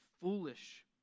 foolish